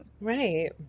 Right